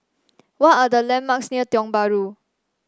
what are the landmarks near Tiong Bahru